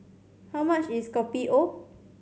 how much is Kopi O